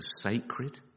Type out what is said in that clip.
sacred